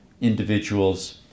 individuals